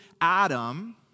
Adam